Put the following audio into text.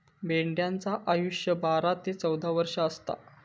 मेंढ्यांचा आयुष्य बारा ते चौदा वर्ष असता